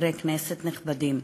חברי כנסת נכבדים,